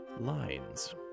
Lines